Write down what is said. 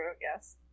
yes